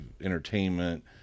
entertainment